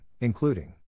including